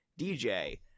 DJ